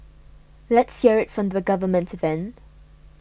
let's hear it from the government then